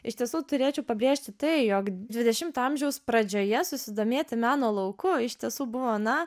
iš tiesų turėčiau pabrėžti tai jog dvidešimto amžiaus pradžioje susidomėti meno lauku iš tiesų buvo na